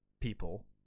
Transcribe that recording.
People